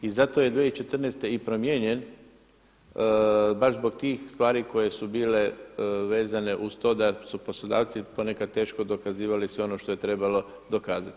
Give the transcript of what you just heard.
I zato je i 2014. i promijenjen baš zbog tih stvari koje su bile vezane uz to da su poslodavci ponekad teško dokazivali sve ono što je trebalo dokazati.